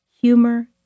Humor